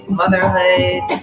motherhood